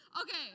Okay